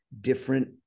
different